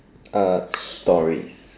uh stories